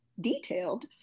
detailed